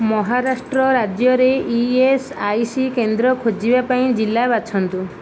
ମହାରାଷ୍ଟ୍ର ରାଜ୍ୟରେ E S I C କେନ୍ଦ୍ର ଖୋଜିବା ପାଇଁ ଜିଲ୍ଲା ବାଛନ୍ତୁ